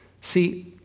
See